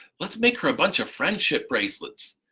let's make her a bunch of friendship bracelets.